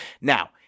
Now